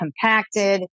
compacted